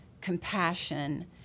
compassion